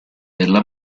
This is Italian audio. della